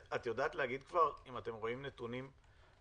את יודעת להגיד כבר אם אתם רואים נתונים בגבייה?